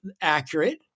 accurate